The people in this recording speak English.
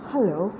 Hello